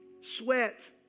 sweat